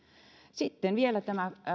sitten vielä